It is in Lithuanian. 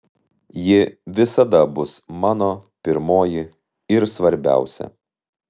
ji visada bus mano pirmoji ir svarbiausia